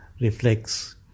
reflects